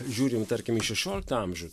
žiūrim tarkim į šešioliktą amžių